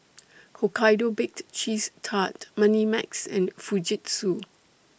Hokkaido Baked Cheese Tart Moneymax and Fujitsu